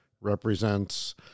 represents